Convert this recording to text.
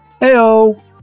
Ayo